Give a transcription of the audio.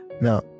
Now